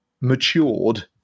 matured